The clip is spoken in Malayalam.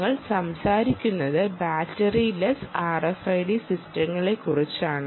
ഞങ്ങൾ സംസാരിക്കുന്നത് ബാറ്ററി ലെസ്സ് RFID സിസ്റ്റങ്ങളെക്കുറിച്ചാണ്